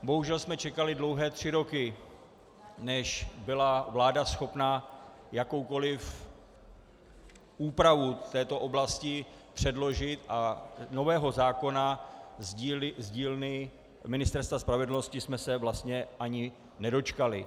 Bohužel jsme čekali dlouhé tři roky, než byla vláda schopna jakoukoliv úpravu této oblasti předložit, a nového zákona z dílny Ministerstva spravedlnosti jsme se vlastně ani nedočkali.